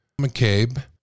McCabe